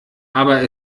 aber